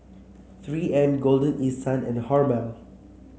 Three M Golden East Sun and Hormel